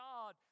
God